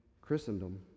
Christendom